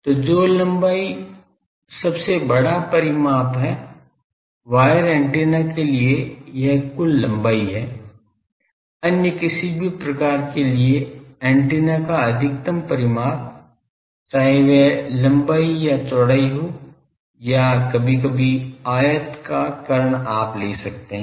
तो जो लंबाई सबसे बड़ा परिमाप है वायर एंटेना के लिए यह कुल लंबाई है अन्य किसी भी प्रकार के लिए एंटीना का अधिकतम परिमाप चाहे वह लंबाई या चौड़ाई हो या कभी कभी आयत का कर्ण आप ले सकते हैं